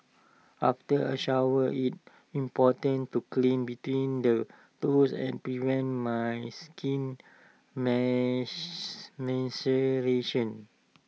after A shower it's important to clean between the toes and prevent my skin maceration